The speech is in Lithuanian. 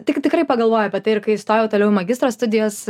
tik tikrai pagalvoju apie tai ir kai įstojau toliau į magistro studijas